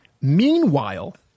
Meanwhile